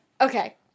Okay